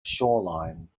shoreline